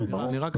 כן, ברור.